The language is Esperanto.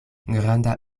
granda